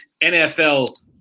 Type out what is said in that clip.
NFL